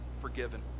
forgiven